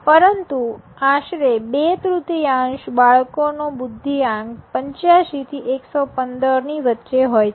પરંતુ આશરે બે તૃતીયાંશ બાળકોનો બુદ્ધિઆંક ૮૫ થી ૧૧૫ ની વચ્ચે હોય છે